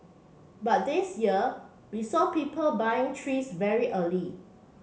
but this year we saw people buying trees very early